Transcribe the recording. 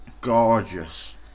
gorgeous